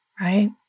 right